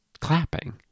clapping